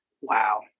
wow